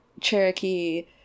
Cherokee